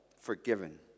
Forgiven